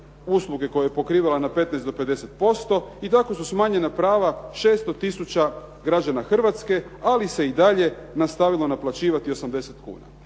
usluge koje je pokrivala na 15 do 50% i tako su smanjena prava 600 tisuća građana Hrvatske, ali se i dalje nastavilo naplaćivati 80 kuna.